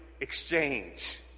exchange